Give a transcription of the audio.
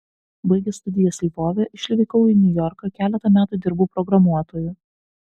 baigęs studijas lvove išvykau į niujorką keletą metų dirbau programuotoju